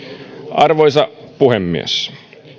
arvoisa puhemies